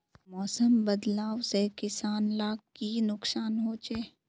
मौसम बदलाव से किसान लाक की नुकसान होचे?